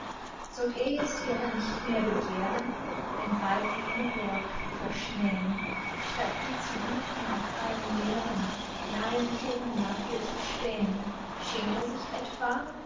sollt er jetzt ihrer nicht mehr begehren ein weib wie ingeborg verschmähn statt sie zu suchen auf allen meeren in allen zonen nach ihr zu spähn schämt er sich etwa